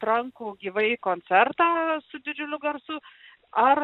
trankų gyvai koncertą su didžiuliu garsu ar